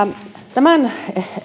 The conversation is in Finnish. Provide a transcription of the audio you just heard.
tämän